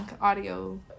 audio